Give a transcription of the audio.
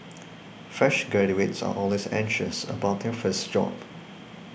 fresh graduates are always anxious about their first job